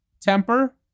temper